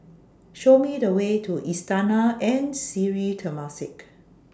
Show Me The Way to Istana and Sri Temasek